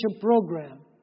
program